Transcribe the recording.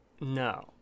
No